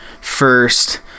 first